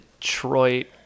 Detroit